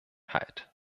halt